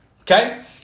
Okay